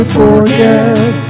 forget